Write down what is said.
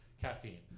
caffeine